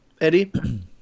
Eddie